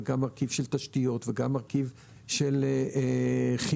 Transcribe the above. מרכיב של תשתיות,